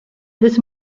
this